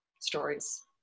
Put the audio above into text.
stories